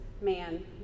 man